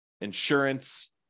insurance